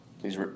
Please